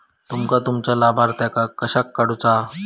तुमका तुमच्या लाभार्थ्यांका कशाक काढुचा हा?